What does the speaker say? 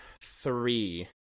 three